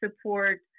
support